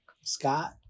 Scott